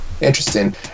Interesting